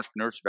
entrepreneurship